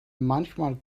manchmal